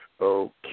okay